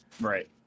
Right